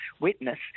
witness